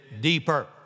deeper